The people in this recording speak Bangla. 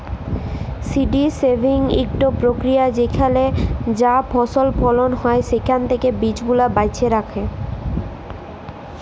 সি.ডি সেভিং ইকট পক্রিয়া যেখালে যা ফসল ফলল হ্যয় সেখাল থ্যাকে বীজগুলা বাছে রাখা